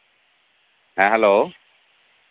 hello